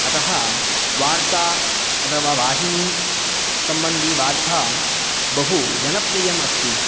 अतः वार्ता अथवा वाहिनी सम्बन्धीवार्ता बहु जनप्रियम् अस्ति